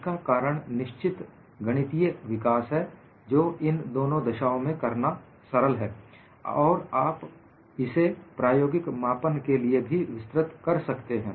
इसका कारण निश्चित गणितीय विकास है जो इन दोनों दशाओं में करना सरल है और इसे आप प्रायोगिक मापन के लिए भी विस्तृत कर सकते हैं